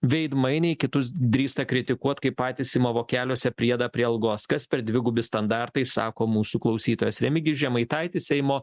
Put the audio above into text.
veidmainiai kitus drįsta kritikuot kai patys ima vokeliuose priedą prie algos kas per dvigubi standartai sako mūsų klausytojas remigijus žemaitaitis seimo